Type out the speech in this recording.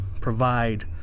provide